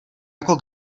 jako